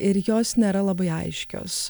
ir jos nėra labai aiškios